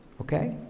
Okay